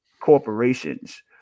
corporations